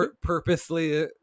purposely